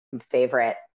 favorite